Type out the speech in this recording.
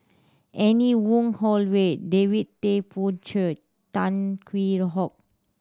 Anne Wong Holloway David Tay Poey Cher Tan Hwee Hock